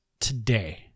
today